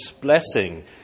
blessing